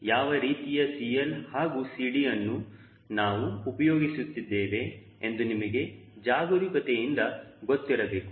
ಯಾವ ರೀತಿಯ CL ಹಾಗೂ CD ಅನ್ನು ನಾವು ಉಪಯೋಗಿಸಿದ್ದೇವೆ ಎಂದು ನಮಗೆ ಜಾಗರೂಕತೆಯಿಂದ ಗೊತ್ತಿರಬೇಕು